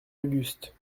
auguste